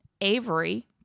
Avery